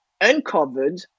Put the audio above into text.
uncovered